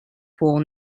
pool